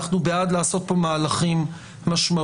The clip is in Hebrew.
אנחנו בעד לעשות פה מהלכים משמעותיים,